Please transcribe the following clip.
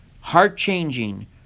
heart-changing